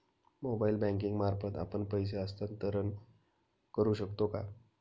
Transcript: Mobile banking मार्फत आपण पैसे हस्तांतरण करू शकतो का?